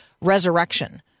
resurrection